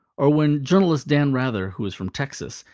or when journalist dan rather, who is from texas,